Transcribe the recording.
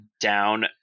down